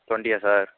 டொண்டியா sir